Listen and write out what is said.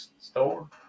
store